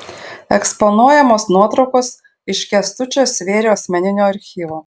eksponuojamos nuotraukos iš kęstučio svėrio asmeninio archyvo